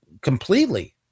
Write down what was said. completely